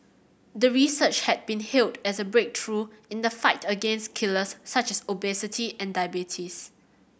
the research had been hailed as a breakthrough in the fight against killers such as obesity and diabetes